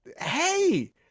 hey